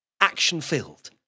action-filled